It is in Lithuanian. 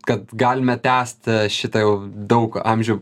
kad galime tęsti šitą jau daug amžių